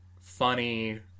Funny